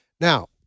Now